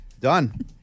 Done